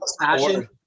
passion